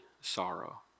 sorrow